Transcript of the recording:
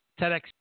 TEDx